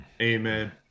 Amen